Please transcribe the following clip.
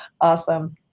awesome